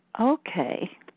okay